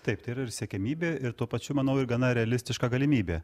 taip tai yra ir siekiamybė ir tuo pačiu manau ir gana realistiška galimybė